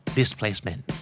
displacement